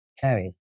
carries